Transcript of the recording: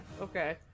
Okay